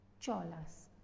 Cholas